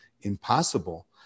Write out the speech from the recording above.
impossible